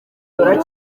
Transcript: buri